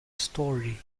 story